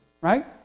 right